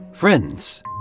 Friends